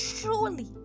truly